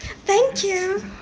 thank you